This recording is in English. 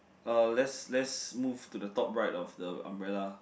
uh let's let's move to the top right of the umbrella